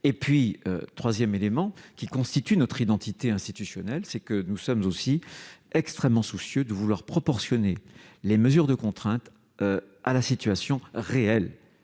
et c'est le troisième élément qui constitue notre identité institutionnelle, nous sommes extrêmement soucieux de proportionner les mesures de contrainte à la situation réelle